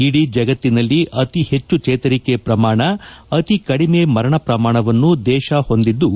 ಇಡೀ ಜಗತ್ತಿನಲ್ಲಿ ಅತಿ ಹೆಚ್ಚು ಜೇತರಿಕೆ ಪ್ರಮಾಣ ಅತಿ ಕಡಿಮೆ ಮರಣ ಪ್ರಮಾಣವನ್ನು ದೇತ ಹೊಂದಿದ್ದು